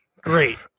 great